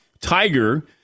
Tiger